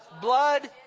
blood